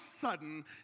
sudden